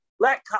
let